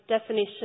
definition